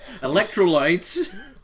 Electrolytes